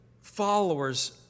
followers